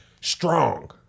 strong